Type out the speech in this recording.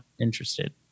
interested